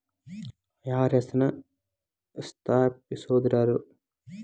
IRS ನ ಸ್ಥಾಪಿಸಿದೊರ್ಯಾರು?